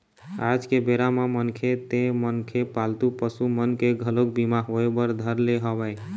आज के बेरा म मनखे ते मनखे पालतू पसु मन के घलोक बीमा होय बर धर ले हवय